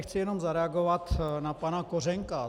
Chci jen zareagovat na pana Kořenka.